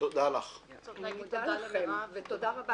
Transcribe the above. בהתחלה היא חשבה להגיע לכאן אבל היא פשוט הרגישה